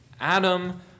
Adam